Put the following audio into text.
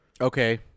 Okay